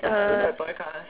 uh